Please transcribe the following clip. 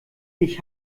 ich